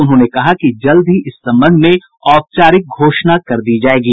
उन्होंने कहा कि जल्द ही इस संबंध में औपचारिक घोषणा कर दी जायेगी